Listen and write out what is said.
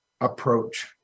approach